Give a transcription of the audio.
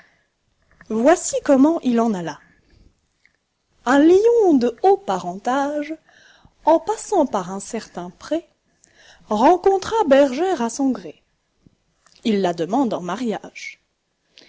voici comment il en alla un lion de haut parentage en passant par un certain pré rencontra bergère à son gré il la demande en mariage